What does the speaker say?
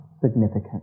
significant